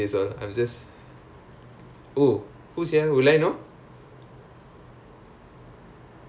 I've a friend in computer science also oh your year two also his name is chris